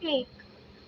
एक